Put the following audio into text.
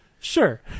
Sure